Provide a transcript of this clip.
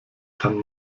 kann